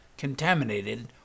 contaminated